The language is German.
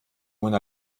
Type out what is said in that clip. mona